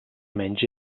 menys